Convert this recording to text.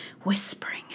whispering